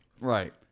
Right